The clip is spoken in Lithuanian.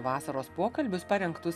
vasaros pokalbius parengtus